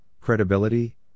credibility